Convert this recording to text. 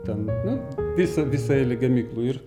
ten nu visa visa eilė gamyklų ir